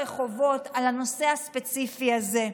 וברחובות בנושא הספציפי הזה.